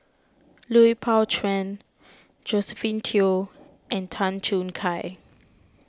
Lui Pao Chuen Josephine Teo and Tan Choo Kai